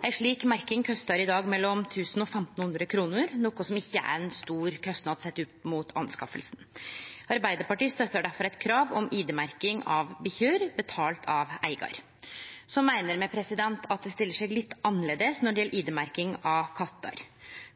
Ei slik merking kostar i dag mellom 1 000 kr og 1 500 kr, noko som ikkje er ein stor kostnad, sett opp mot anskaffinga. Arbeidarpartiet støttar difor eit krav om ID-merking av bikkjer, betalt av eigar. Me meiner at det stiller seg litt annleis når det gjeld ID-merking av kattar.